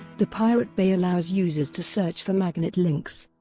the pirate bay allows users to search for magnet links.